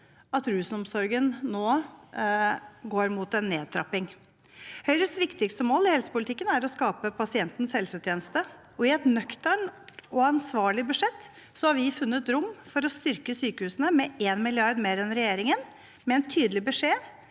at rusomsorgen nå går mot en nedtrapping. Høyres viktigste mål i helsepolitikken er å skape pasientens helsetjeneste, og i et nøkternt og ansvarlig budsjett har vi funnet rom til å styrke sykehusene med 1 mrd. kr mer enn regjeringen, med en tydelig beskjed